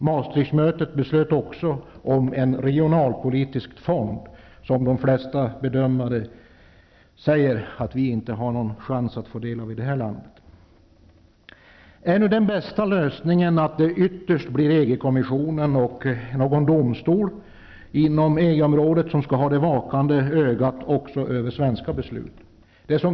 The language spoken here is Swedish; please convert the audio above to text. Maastrichtmötet beslöt bl.a. om en regionalpolitisk fond, som dock de flesta bedömare säger att vi i vårt land inte har någon chans att få del av. Är det den bästa lösningen att det ytterst blir EG kommissionen och någon domstol inom EG området som har det vakande ögat också över svenska beslut?